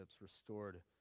restored